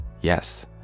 Yes